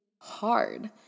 hard